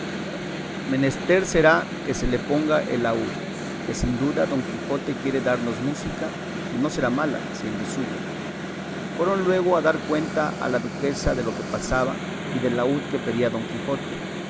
menester será que se le ponga el laúd que sin duda don quijote quiere darnos música y no será mala siendo suya fueron luego a dar cuenta a la duquesa de lo que pasaba y del laúd que pedía don quijote